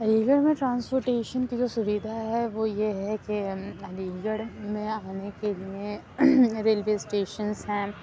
علی گڑھ میں ٹرانسپوٹیشن کی جو سویدھا ہے وہ یہ ہے کہ علی گڑھ میں آنے کے لیے ریلوے اسٹیشنس ہیں